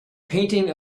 painting